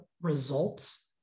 results